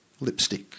lipstick